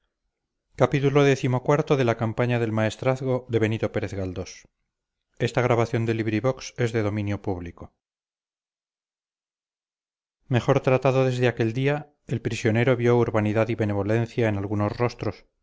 vejez mejor tratado desde aquel día el prisionero vio urbanidad y benevolencia en algunos rostros